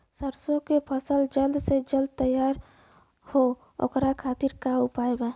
सरसो के फसल जल्द से जल्द तैयार हो ओकरे खातीर का उपाय बा?